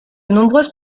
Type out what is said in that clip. nombreuses